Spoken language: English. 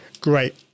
great